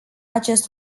acest